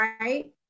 right